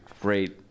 great